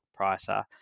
pricer